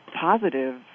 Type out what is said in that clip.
positive